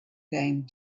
game